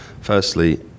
Firstly